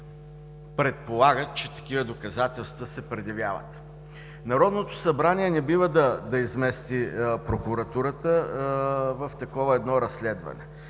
предполагат, че такива доказателства се предявяват. Народното събрание не бива да измества прокуратурата в такова разследване.